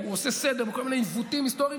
הוא עושה סדר בכל מיני עיוותים היסטוריים,